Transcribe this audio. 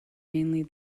mainly